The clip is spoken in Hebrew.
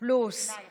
ווליד טאהא,